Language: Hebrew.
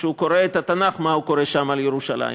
כשהוא קורא את התנ"ך, מה הוא קורא שם על ירושלים.